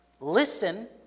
listen